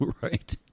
right